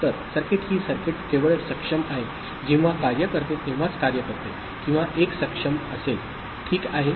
तर सर्किट ही सर्किट केवळ सक्षम आहे जेव्हा कार्य करते तेव्हाच कार्य करते किंवा 1 सक्षम असेल ठीक आहे